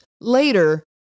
later